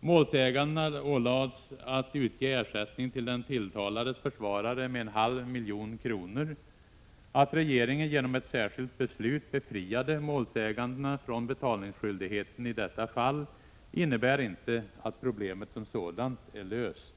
Målsägandena ålades att utge ersättning till den tilltalades försvarare med en halv miljon kronor. Att regeringen genom ett särskilt beslut befriade målsägandena från betalningsskyldigheten i detta fall innebär inte att problemet som sådant är löst.